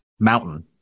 Mountain